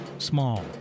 Small